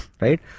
Right